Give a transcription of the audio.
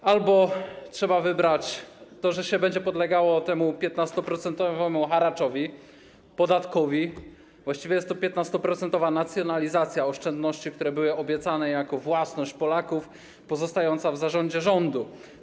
Z jednej strony, można wybrać, że się będzie podlegało temu 15-procentowemu haraczowi, podatkowi, właściwie jest to 15-procentowa nacjonalizacja oszczędności, które były obiecane jako własność Polaków pozostająca w zarządzie rządu.